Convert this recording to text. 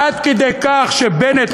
עד כדי כך שבנט,